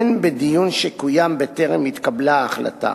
הן בדיון שקוים בטרם התקבלה ההחלטה